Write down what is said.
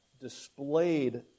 displayed